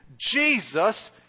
Jesus